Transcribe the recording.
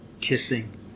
kissing